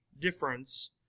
difference